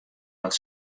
dat